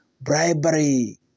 bribery